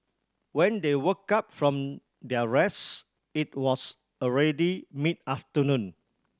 when they woke up from their rest it was already mid afternoon